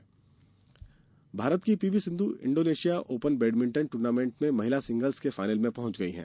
खेल भारत की PV Sindhu Indonesia open badminton tournament में महिला सिंगल्स के फाइनल में पंहुच गई हैं